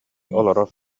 олорор